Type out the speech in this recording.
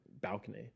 balcony